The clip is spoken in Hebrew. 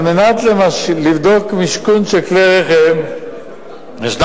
על מנת לבדוק משכון של כלי-רכב יש לפנות